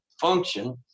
function